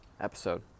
episode